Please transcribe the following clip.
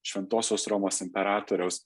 šventosios romos imperatoriaus